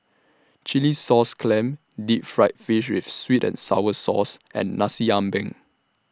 Chilli Sauce Clams Deep Fried Fish with Sweet and Sour Sauce and Nasi Ambeng